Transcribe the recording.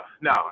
no